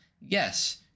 Yes